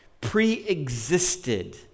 pre-existed